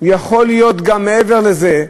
ויכול להיות גם מעבר לזה,